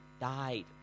died